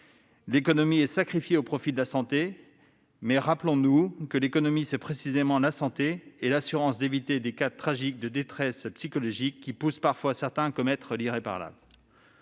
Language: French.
L'économie est sacrifiée au profit de la santé, mais rappelons-nous que l'économie c'est précisément la santé et l'assurance d'éviter des cas tragiques de détresse psychologique, qui poussent parfois certains à commettre l'irréparable.